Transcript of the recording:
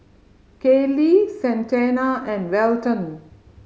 Kaylie Santana and Welton